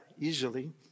easily